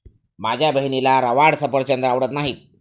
माझ्या बहिणीला रवाळ सफरचंद आवडत नाहीत